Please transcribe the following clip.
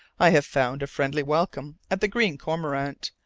i have found a friendly welcome at the green cormorant,